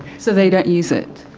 so they don't use it?